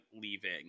leaving